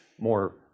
more